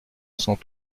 cent